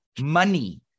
money